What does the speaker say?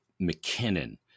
McKinnon